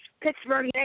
Pittsburgh